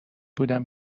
بودم